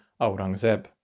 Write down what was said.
Aurangzeb